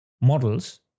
models